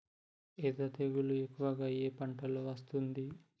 ఎర్ర తెగులు ఎక్కువగా ఏ పంటలో వస్తుంది?